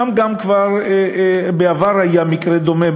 שם היה כבר בעבר מקרה דומה,